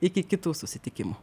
iki kitų susitikimų